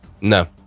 No